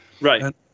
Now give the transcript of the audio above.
Right